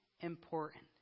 important